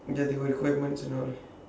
ya they got requirements you know